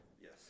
Yes